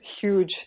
huge